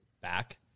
back